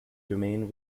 domain